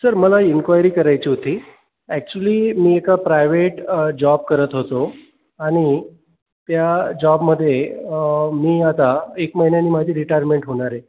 sir मला enquiry करायची होती ॲक्च्युअली मी एका प्रायव्हेट जॉब करत होतो आणि त्या जॉबमध्ये मी आता एक महिन्यानी माझी रिटायरमेंट होणार आहे